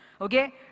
Okay